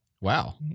Wow